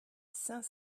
cinq